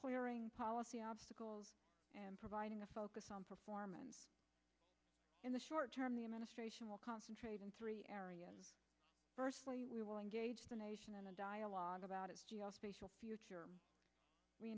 clearing policy obstacles and providing a focus on performance in the short term the administration will concentrate in three areas firstly we will engage the nation in a dialogue about it